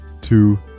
two